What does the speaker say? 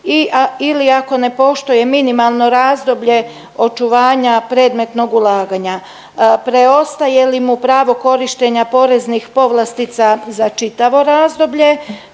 ili ako ne poštuje minimalno razdoblje očuvanja predmetnog ulaganja. Preostaje li mu pravo korištenja poreznih povlastica za čitavo razbolje